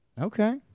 Okay